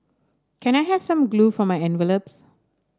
can I have some glue for my envelopes